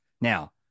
Now